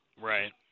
Right